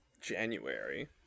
January